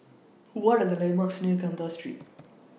What Are The landmarks near Kandahar Street